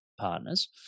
partners